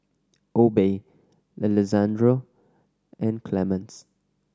Obe Alessandro and Clemence